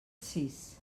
sis